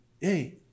Hey